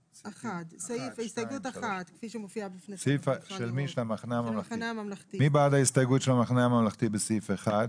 1. מי בעד ההסתייגות של המחנה הממלכתי בסעיף 1?